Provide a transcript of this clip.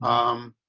um,